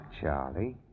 Charlie